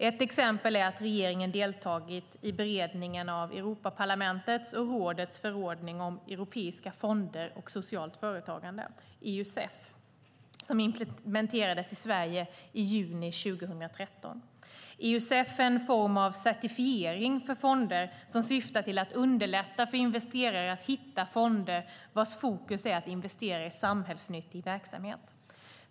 Ett exempel är att regeringen deltagit i beredningen av Europaparlamentets och rådets förordning om europeiska fonder för socialt företagande, Eusef, som implementerades i Sverige i juni 2013. Eusef är en form av certifiering för fonder som syftar till att underlätta för investerare att hitta fonder vars fokus är att investera i samhällsnyttig verksamhet.